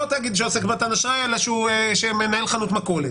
תאגיד שעוסק במתן אשראי אלא שהוא מנהל חנות מכולת.